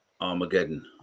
Armageddon